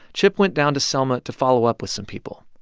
chip went down to selma to follow up with some people.